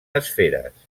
esferes